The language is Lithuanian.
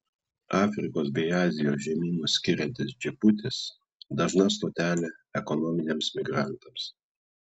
afrikos bei azijos žemynus skiriantis džibutis dažna stotelė ekonominiams migrantams